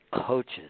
coaches